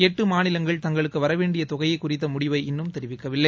எட்டு மாநிலங்கள் தங்களுக்கு வரவேண்டிய தொகையைக் குறித்த முடிவை இன்னும் தெரிவிக்கவில்லை